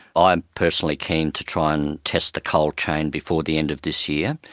ah am personally keen to try and test the cold chain before the end of this year.